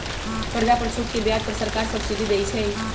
कर्जा पर छूट के ब्याज पर सरकार सब्सिडी देँइ छइ